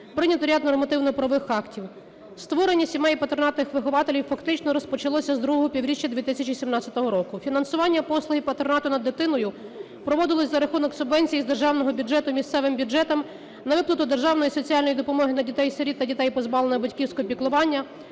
прийнято ряд нормативно-правових актів. Створення сімей патронатних вихователів фактично розпочалося з другого півріччя 2017 року. Фінансування послуги патронату над дитиною проводились за рахунок субвенцій з державного бюджету місцевим бюджетам на виплату державної соціальної допомоги на дітей-сиріт та дітей, позбавлених батьківського піклування,